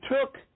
took